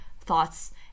thoughts